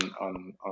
on